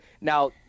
Now